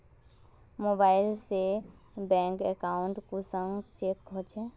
Mobile से bank account कुंसम check होचे?